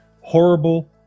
horrible